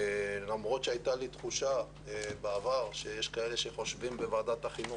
למרות שהייתה לי בעבר תחושה שיש כאלה בוועדת החינוך